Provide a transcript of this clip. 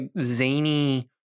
zany